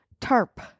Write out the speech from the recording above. TARP